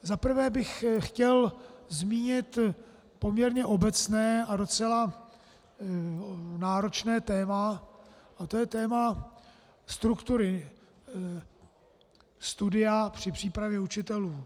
Za prvé bych chtěl zmínit poměrně obecné a docela náročné téma, to je téma struktury studia při přípravě učitelů.